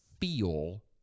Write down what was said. feel